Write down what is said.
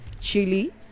chili